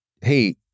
hey